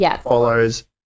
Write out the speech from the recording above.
follows